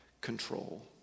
control